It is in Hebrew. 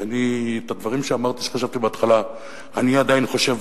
ואת הדברים שאמרתי שחשבתי בהתחלה אני עדיין חושב,